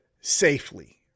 safely